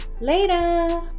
Later